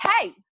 hey